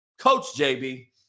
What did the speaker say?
COACHJB